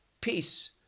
peace